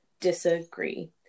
disagree